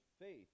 faith